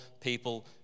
people